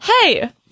Hey